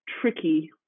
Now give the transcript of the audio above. tricky